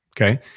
Okay